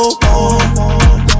more